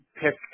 pick